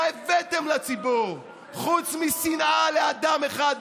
מה הבאתם לציבור חוץ משנאה לאדם אחד,